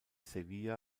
sevilla